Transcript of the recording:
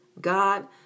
God